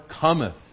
cometh